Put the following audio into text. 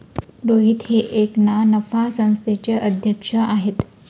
रोहित हे एका ना नफा संस्थेचे अध्यक्ष आहेत